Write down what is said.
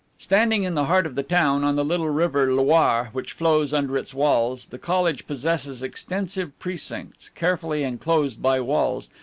standing in the heart of the town, on the little river loire which flows under its walls, the college possesses extensive precincts, carefully enclosed by walls,